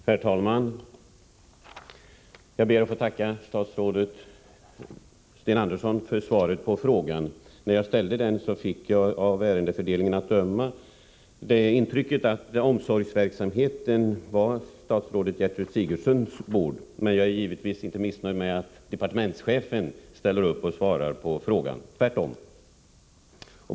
Herr talman! Jag ber att få tacka statsrådet Sten Andersson för svaret på min fråga. När jag skulle ställa den hade jag intrycket att ärendefördelningen var sådan att frågor som gällde omsorgsverksamheten hörde till statsrådet Gertrud Sigurdsens ansvarsområde, men jag är givetvis inte missnöjd med att departementschefen svarar på frågan — tvärtom.